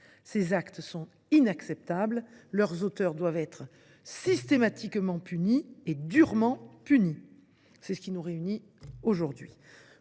Ces actes sont inacceptables, les auteurs doivent être systématiquement et durement punis. C’est la raison qui nous réunit aujourd’hui.